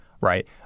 right